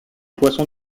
poissons